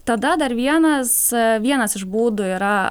tada dar vienas vienas iš būdų yra